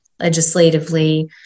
legislatively